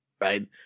Right